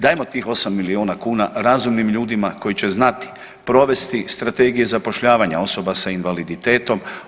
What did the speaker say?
Dajmo tih 8 milijuna kuna razumnim ljudima koji će znati provesti strategije zapošljavanja osoba sa invaliditetom.